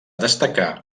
destacar